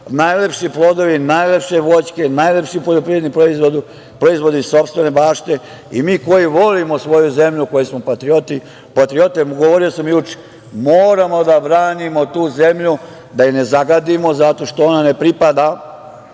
najlepši plodovi, najlepše voćke, najlepši poljoprivredni proizvodi iz sopstvene bašte i mi koji volimo svoju zemlju i koji smo patriote, govorio sam juče, moramo da branimo tu zemlju, da je ne zagadimo, zato što ona ne pripada